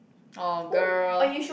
!aww! girl